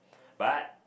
but